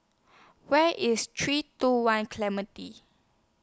Where IS three two one Clementi